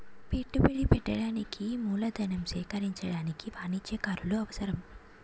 పెట్టుబడి పెట్టడానికి మూలధనం సేకరించడానికి వాణిజ్యకారులు అవసరం